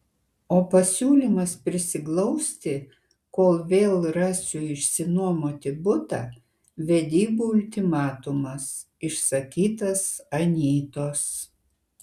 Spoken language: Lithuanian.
o pasiūlymas prisiglausti kol vėl rasiu išsinuomoti butą vedybų ultimatumas išsakytas anytos